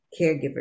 caregivers